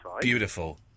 Beautiful